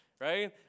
right